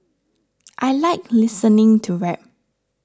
I like listening to rap